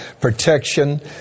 protection